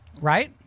Right